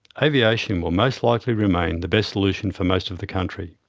aviation will most likely remain the best solution for most of the country.